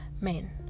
men